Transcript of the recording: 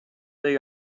day